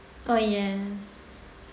oh yes